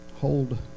hold